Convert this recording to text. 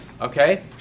okay